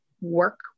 work